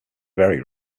very